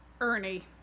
ernie